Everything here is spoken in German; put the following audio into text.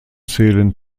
zählen